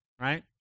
right